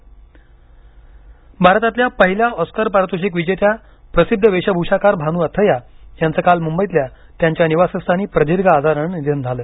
भानू अथय्या भारतातल्या पहिल्या ऑस्कर पारितोषिक विजेत्या प्रसिद्ध वेशभूषाकार भानू अथय्या यांचं काल मुंबईतल्या त्यांच्या निवासस्थानी प्रदीर्घ आजारानं निधन झालं